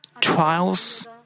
Trials